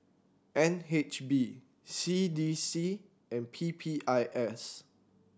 N H B C D C and P P I S